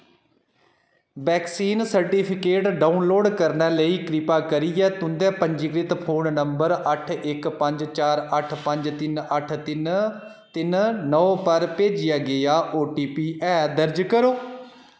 vaccine certificate download करने लेई कृपा करियै तुं'दे पंजीकृत फोन नंबर अट्ठ इक पंज चार अट्ठ पंज तिन अट्ठ तिन तिन नौ पर भेजेआ गेआ ओटीपी ऐ दर्ज करो